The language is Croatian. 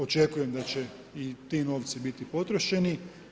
Očekujem da će i ti novci biti potrošeni.